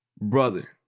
brother